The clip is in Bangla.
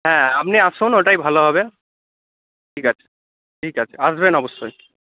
হ্যাঁ আপনি আসুন ওটাই ভালো হবে ঠিক আছে ঠিক আছে আসবেন অবশ্যই